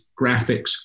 graphics